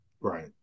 Right